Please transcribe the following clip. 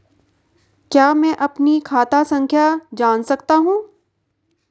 क्या मैं अपनी खाता संख्या जान सकता हूँ?